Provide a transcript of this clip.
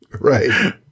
Right